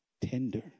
tender